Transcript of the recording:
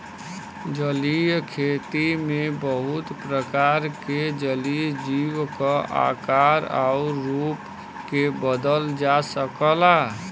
जलीय खेती में बहुत प्रकार के जलीय जीव क आकार आउर रूप के बदलल जा सकला